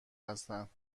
هستند